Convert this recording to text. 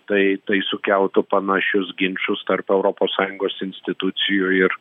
tai tai sukeltų panašius ginčus tarp europos sąjungos institucijų ir